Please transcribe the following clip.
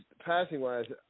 passing-wise